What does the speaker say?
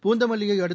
பூந்தமல்லியை அடுத்த